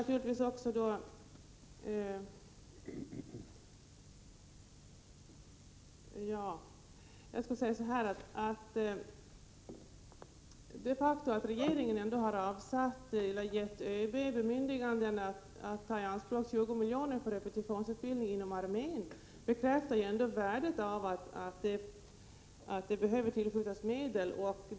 Det faktum att regeringen har gett ÖB bemyndigande att ta i anspråk 20 milj.kr. för repetitionsutbildning inom armén bekräftar ju ändå värdet av att det behöver tillskjutas medel.